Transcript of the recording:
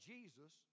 Jesus